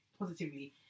positively